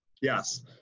Yes